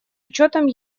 учетом